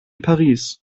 paris